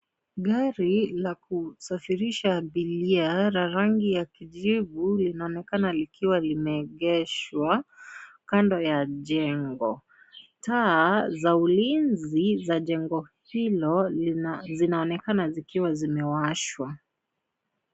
Gari la kusafirisha abiria la rangi ya kijivu linaonekana likiwa limeegeshwa kando ya jengo. Taa za ulinzi za jengo hilo zinaonekana zikiwa zimewashwa.